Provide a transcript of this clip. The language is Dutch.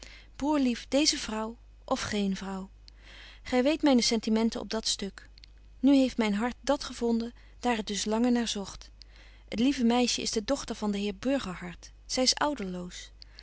broer lief deeze vrouw of geen vrouw gy weet myne sentimenten op dat stuk nu heeft myn hart dat gevonden daar het dus lange naar zogt het lieve meisje is de dochter van den heer burgerhart zy is